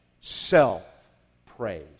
self-praise